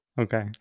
Okay